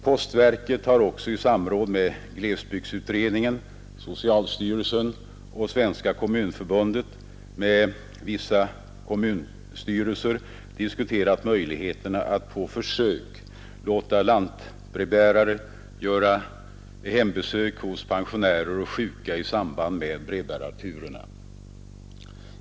Postverket har också, i samråd med glesbygdsutredningen, socialstyrelsen och Svenska kommunförbundet, med vissa kommunstyrelser diskuterat möjligheterna att på försök låta lantbrevbärare göra hembesök hos pensionärer och sjuka i samband med brevbärarturerna.